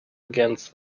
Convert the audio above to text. against